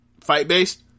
Fight-based